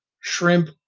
shrimp